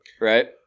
right